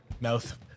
Mouth